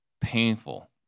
painful